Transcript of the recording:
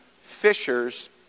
fishers